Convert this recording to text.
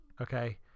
okay